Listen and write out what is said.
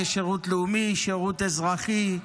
כשירות לאומי, שירות אזרחי,